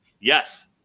yes